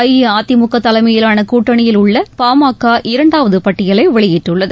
அஇஅதிமுக தலைமையிலான கூட்டணியில் உள்ள பாமக இரண்டாவது பட்டியலை வெளியிட்டுள்ளது